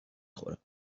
خورم